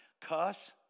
cuss